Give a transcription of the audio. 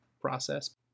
process